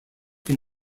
can